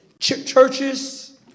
churches